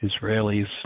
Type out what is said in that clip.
Israelis